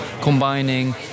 combining